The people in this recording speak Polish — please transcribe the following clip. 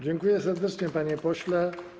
Dziękuję serdecznie, panie pośle.